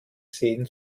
seen